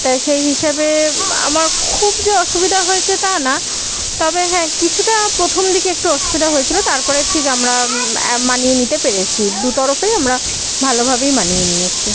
তা সেই হিসাবে আমার খুব যে অসুবিধা হয়েছে তা না তবে হ্যাঁ কিছুটা প্রথম দিকে একটু অসুবিধা হয়েছিলো তারপরে ঠিক আমরা মানিয়ে নিতে পেরেছি দু তরফেই আমরা ভালোভাবেই মানিয়ে নিয়েছি